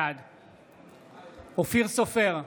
בעד אופיר סופר,